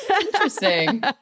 Interesting